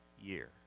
year